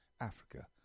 Africa